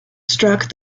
struck